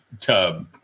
tub